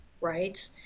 right